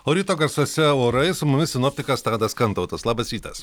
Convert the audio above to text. o ryto garsuose orai su mumis sinoptikas tadas kantautas labas rytas